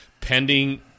pending